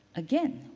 again,